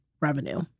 revenue